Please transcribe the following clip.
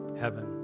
heaven